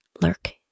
lurk